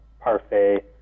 Parfait